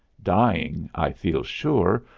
dying, i feel sure,